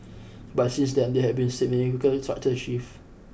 but since then there have been significant structural shifts